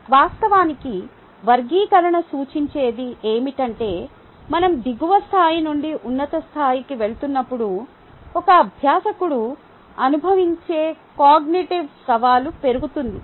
వాస్తవానికి వర్గీకరణ సూచించేది ఏమిటంటే మనం దిగువ స్థాయి నుండి ఉన్నత స్థాయికి వెళుతున్నప్పుడు ఒక అభ్యాసకుడు అనుభవించే కాగ్నిటివ్ సవాలు పెరుగుతుంది